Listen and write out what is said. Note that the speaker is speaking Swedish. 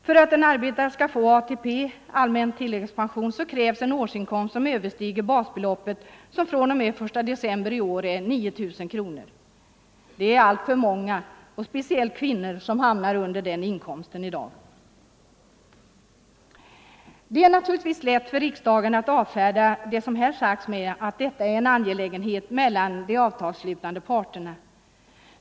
För att en arbetare skall få ATP krävs en årsinkomst som överstiger basbeloppet, som fr.o.m. 1 december är 9 000 kronor. Det är alltför många som hamnar under den inkomsten i dag. Det är lätt för riksdagen att avfärda det som här sagts med att detta är en angelägenhet mellan de avtalsslutande parterna.